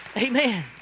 Amen